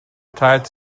tight